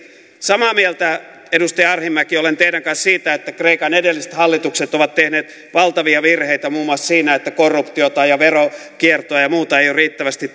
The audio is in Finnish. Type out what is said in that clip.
samaa mieltä edustaja arhinmäki olen teidän kanssanne siitä että kreikan edelliset hallitukset ovat tehneet valtavia virheitä muun muassa siinä että korruptiota ja veronkiertoa ja ja muuta ei ole riittävästi